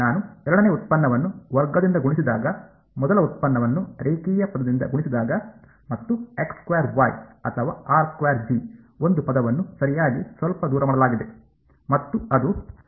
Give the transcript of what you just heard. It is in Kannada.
ನಾನು ಎರಡನೇ ಉತ್ಪನ್ನವನ್ನು ವರ್ಗದಿಂದ ಗುಣಿಸಿದಾಗ ಮೊದಲ ಉತ್ಪನ್ನವನ್ನು ರೇಖೀಯ ಪದದಿಂದ ಗುಣಿಸಿದಾಗ ಮತ್ತು ಅಥವಾ ಒಂದು ಪದವನ್ನು ಸರಿಯಾಗಿ ಸ್ವಲ್ಪ ದೂರ ಮಾಡಲಾಗಿದೆ ಮತ್ತು ಅದು